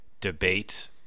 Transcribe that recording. debate